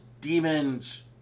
demons